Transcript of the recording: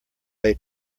they